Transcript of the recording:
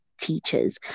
teachers